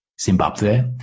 Zimbabwe